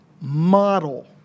model